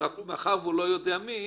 רק שמאחר שהוא לא יודע מי,